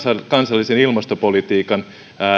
kansallisen ilmastopolitiikan